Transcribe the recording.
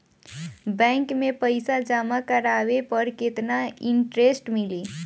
Bank में पईसा जमा करवाये पर केतना इन्टरेस्ट मिली?